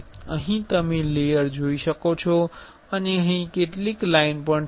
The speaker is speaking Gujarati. અહીં તમે લેયર જોઈ શકો છો અને અહીં કેટલીક લાઈન પણ છે